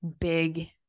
big